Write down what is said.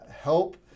help